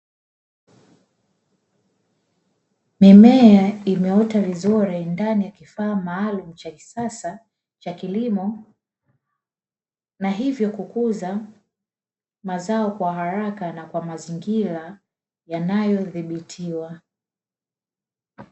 Mimea imeota vizuri ndani ya kifaa maalumu cha kisasa cha kilimo na hivyo kukuza mazao kwa haraka na kwa mazingira yanayodhibitiwa.